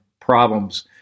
problems